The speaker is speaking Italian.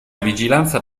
vigilanza